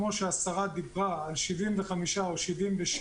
כמו שהשרה דיברה על 75% או 77%,